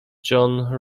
john